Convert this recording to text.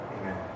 Amen